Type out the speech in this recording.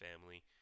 family